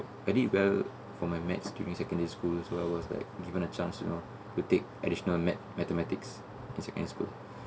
I did well for my maths during secondary school so I was like given a chance you know to take additional maths mathematics at secondary school